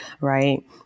right